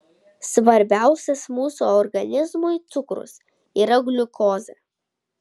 svarbiausias mūsų organizmui cukrus yra gliukozė